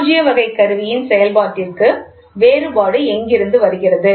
பூஜ்ய வகை கருவியின் செயல்பாட்டிற்கு வேறுபாடு எங்கிருந்து வருகிறது